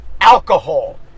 alcohol